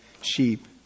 sheep